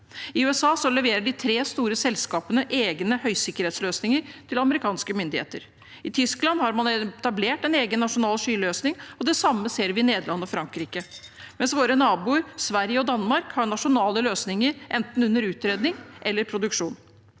I USA leverer de tre store selskapene egne høysikkerhetsløsninger til amerikanske myndigheter. I Tyskland har man etablert en egen nasjonal skyløsning, og det samme ser vi i Nederland og Frankrike, mens våre naboer Sverige og Danmark har nasjonale løsninger enten under utredning eller i produksjon.